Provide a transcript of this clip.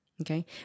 Okay